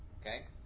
Okay